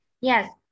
Yes